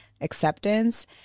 acceptance